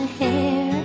hair